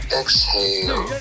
exhale